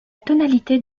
tonalité